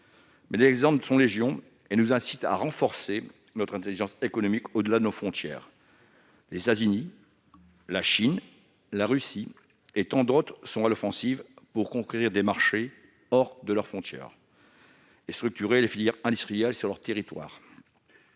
Les exemples sont légion et nous incitent à renforcer notre intelligence économique au-delà de nos frontières. Les États-Unis, la Chine, la Russie et tant d'autres sont à l'offensive pour conquérir des marchés hors de leurs frontières et structurer les filières industrielles sur leur territoire.